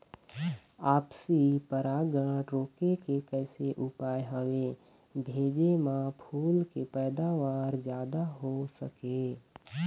आपसी परागण रोके के कैसे उपाय हवे भेजे मा फूल के पैदावार जादा हों सके?